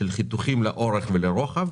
על חיתוכים לאורך ולרוחב,